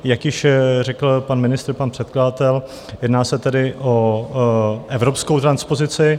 Jak již řekl pan ministr, pan předkladatel, jedná se tedy o evropskou transpozici.